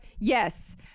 yes